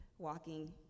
walking